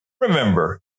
remember